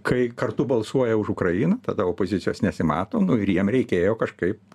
kai kartu balsuoja už ukrainą tada opozicijos nesimato ir jiem reikėjo kažkaip